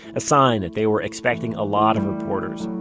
a sign that they were expecting a lot of reporters.